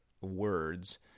words